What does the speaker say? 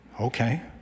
Okay